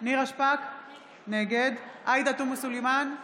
נירה שפק, נגד עאידה תומא סלימאן,